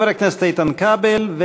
חבר הכנסת איתן כבל,